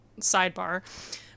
sidebar